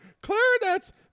clarinets